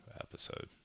episode